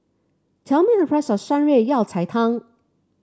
tell me the price of Shan Rui Yao Cai Tang